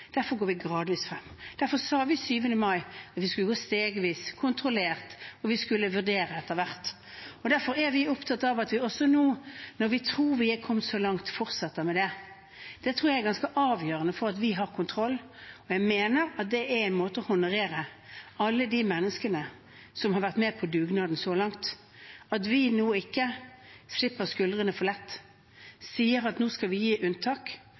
Derfor går vi gradvis frem. Derfor sa vi 7. mai at vi skulle gå stegvis frem, kontrollert, og at vi skulle vurdere etter hvert. Og derfor er vi opptatt av at vi også nå når vi tror vi er kommet så langt, fortsetter med det. Det tror jeg er ganske avgjørende for at vi har kontroll, og jeg mener at det er en måte å honorere alle de menneskene som har vært med på dugnaden så langt, at vi ikke nå senker skuldrene for lett og sier at nå skal vi gi unntak,